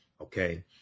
Okay